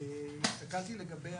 כשהסתכלתי לגבי